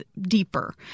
deeper